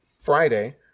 Friday